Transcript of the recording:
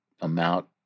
amount